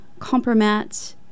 Compromat